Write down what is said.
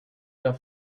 der